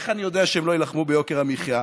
איך אני יודע שהם לא יילחמו ביוקר המחיה?